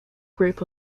group